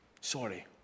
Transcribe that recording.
sorry